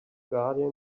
guardian